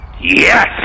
yes